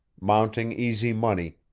mounting easy money,